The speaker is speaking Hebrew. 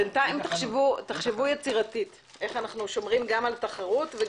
בינתיים תחשבו יצירתית איך אנו שומרים גם על תחרות.